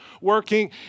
working